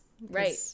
right